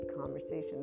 conversations